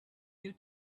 you